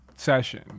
Session